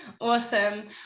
Awesome